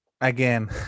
again